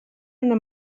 una